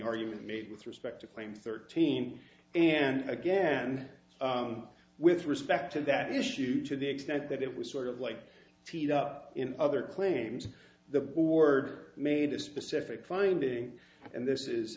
argument made with respect to claim thirteen and again with respect to that issue to the extent that it was sort of like in other claims the board made a specific finding and this is